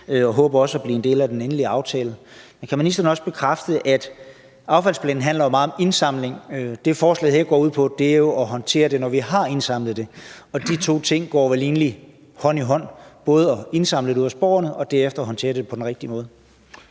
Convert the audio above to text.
vi håber også at blive en del af den endelige aftale. Affaldsplanen handler jo meget om indsamling, og det, forslaget her går ud på, er jo, at håndtere det, når vi har indsamlet det. Kan ministeren bekræfte, at de to ting går hånd i hånd: både at indsamle det ude hos borgerne og derefter håndtere det på den rigtige måde?